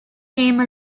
came